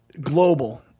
global